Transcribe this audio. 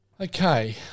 Okay